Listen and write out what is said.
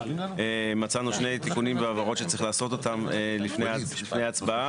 מצאנו שני תיקונים והבהרות שצריך לעשות אותם לפני ההצבעה.